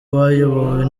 bayobowe